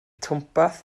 twmpath